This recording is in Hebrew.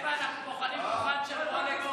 חבר'ה, אנחנו, של רולקס.